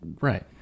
Right